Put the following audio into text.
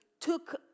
took